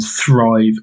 thrive